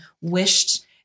wished